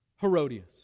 Herodias